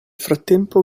frattempo